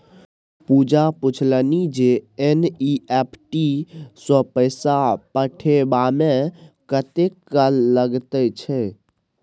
पूजा पूछलनि जे एन.ई.एफ.टी सँ पैसा पठेबामे कतेक काल लगैत छै